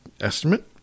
estimate